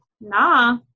nah